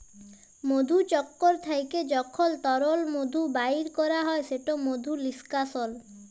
মধুচক্কর থ্যাইকে যখল তরল মধু বাইর ক্যরা হ্যয় সেট মধু লিস্কাশল